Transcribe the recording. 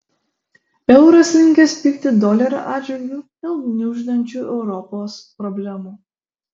euras linkęs pigti dolerio atžvilgiu dėl gniuždančių europos problemų